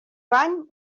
bany